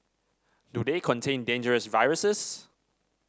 do they contain dangerous viruses